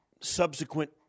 subsequent